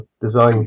design